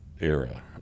era